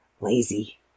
lazy